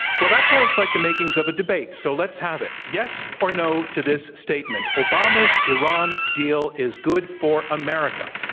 well, that sounds like the makings of a debate. so let's have it, yes, or, no, to this statement, obama's iran deal is good for america,